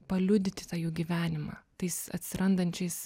paliudyti tą jų gyvenimą tais atsirandančiais